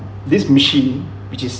this machine which is